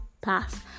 pass